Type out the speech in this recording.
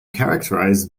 characterized